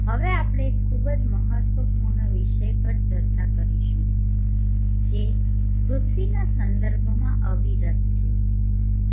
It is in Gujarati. હવે આપણે એક ખૂબ જ મહત્વપૂર્ણ વિષય પર ચર્ચા કરીશું જે પૃથ્વીના સંદર્ભમાં અવિરત છે